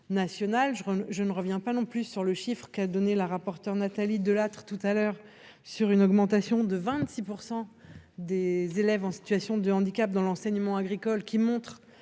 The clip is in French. je ne reviens pas non plus sur le chiffre qu'a donné la rapporteure Nathalie Delattre tout à l'heure sur une augmentation de 26 % des élèves en situation de handicap dans l'enseignement agricole qui montre